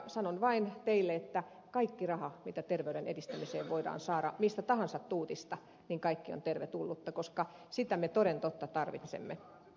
sanon vain teille että kaikki raha mitä terveyden edistämiseen voidaan saada mistä tahansa tuutista on tervetullutta koska sitä me toden totta tarvitsemme